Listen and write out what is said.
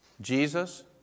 Jesus